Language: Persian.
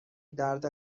درد